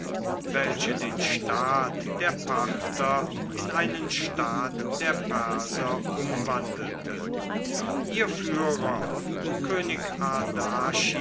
welche den staat der parther in einen staat der perser umwandelte ihr führer